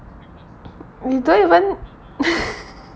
you don't even